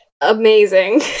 Amazing